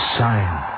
sign